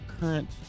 current